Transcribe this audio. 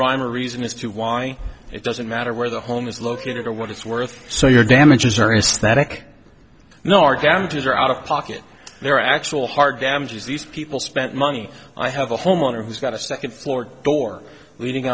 rhyme or reason as to why it doesn't matter where the home is located or what it's worth so your damages various that i know are damages are out of pocket there are actual hard damages these people spent money i have a homeowner who's got a second floor door leading